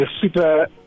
super